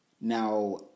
Now